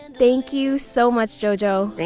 and thank you so much jojo!